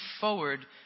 forward